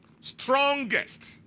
strongest